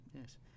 Yes